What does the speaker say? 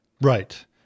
Right